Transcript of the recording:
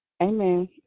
Amen